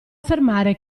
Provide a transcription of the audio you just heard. affermare